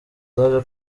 zaje